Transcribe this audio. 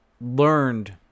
learned